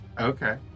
okay